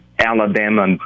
Alabama